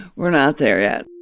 we're not there yet